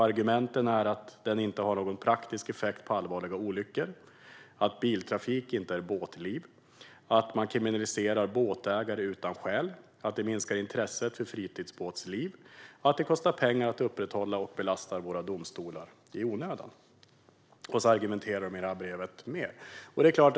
Argumenten är att den inte har någon praktisk effekt på allvarliga olyckor, att biltrafik inte är båtliv, att man kriminaliserar båtägare utan skäl, att det minskar intresset för fritidsbåtsliv och att det kostar pengar att upprätthålla och belastar våra domstolar i onödan. De argumenterar mer om de här frågorna i brevet.